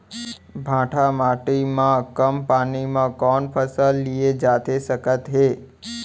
भांठा माटी मा कम पानी मा कौन फसल लिए जाथे सकत हे?